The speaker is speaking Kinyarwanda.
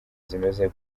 zimeze